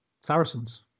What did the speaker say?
Saracens